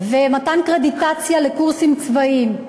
ומתן קרדיטציה לקורסים צבאיים.